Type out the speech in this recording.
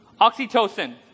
Oxytocin